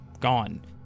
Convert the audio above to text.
gone